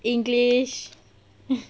english